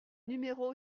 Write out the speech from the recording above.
numéro